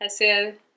hacer